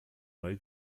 neue